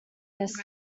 this